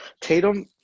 Tatum